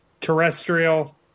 Terrestrial